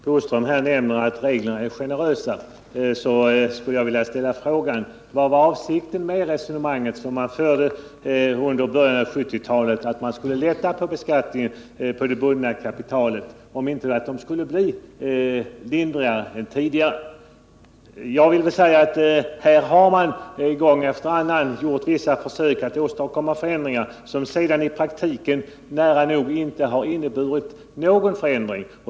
Herr talman! Curt Boström nämner att reglerna är generösa, och då skulle jag vilja ställa frågan: Vad var avsikten med det resonemang som fördes i början av 1970-talet, att man skulle lätta på beskattningen av det bundna kapitalet, om det inte var att den skulle bli lindrigare än tidigare? Här har man gång efter annan gjort vissa försök att åstadkomma förändringar, som sedan i praktiken nära nog inte har inneburit någon förändring.